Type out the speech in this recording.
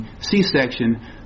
C-section